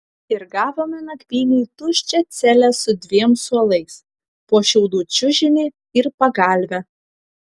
ir gavome nakvynei tuščią celę su dviem suolais po šiaudų čiužinį ir pagalvę